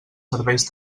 serveis